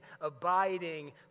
abiding